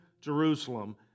Jerusalem